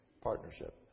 partnership